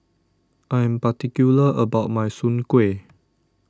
I'm particular about my Soon Kueh